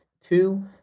Two